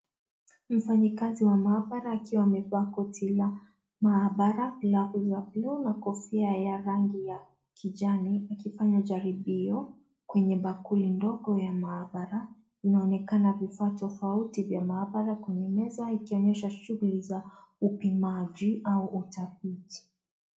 Mfanyikazi wa maabraa akiwa amevaa koti la maabara glavu za blu na kofia ya rangi ya kijani akifanya jaribio kwenye bakuli ndogo ya maabara . Inonekana vifaa tofauti vya maabara kwenye meza ikionyesha shughuli za upimaji au utafiti.